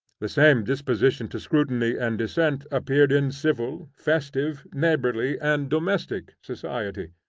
the same disposition to scrutiny and dissent appeared in civil, festive, neighborly, and domestic society.